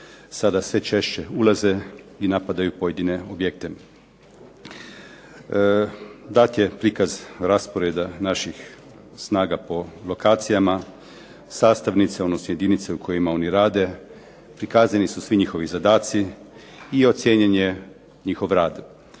sve češće ulaze i napadaju pojedine objekte. Dat je prikaz rasporeda naših snaga po lokacijama, sastavnice, odnosno jedinice u kojima oni rade prikazani su svi njihovi zadaci i ocijenjen je njihov rad.